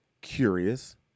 curious